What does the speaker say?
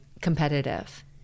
competitive